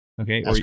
okay